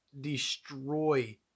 destroy